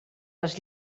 les